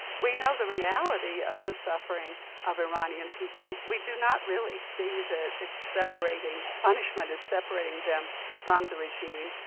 we know the reality of the suffering of iranian people. we do not really see that it's separating punishment is separating them from the regime.